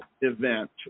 event